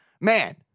man